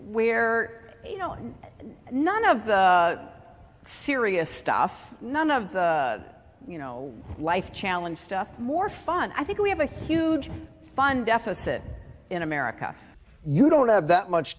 where you know none of the serious stuff none of the you know life challenge stuff more fun i think we have a huge fund deficit in america you don't have that much